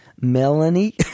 Melanie